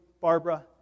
Barbara